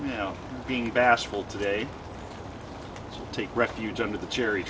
you know being bashful today take refuge under the cherry